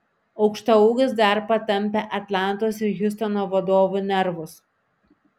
aukštaūgis dar patampė atlantos ir hjustono vadovų nervus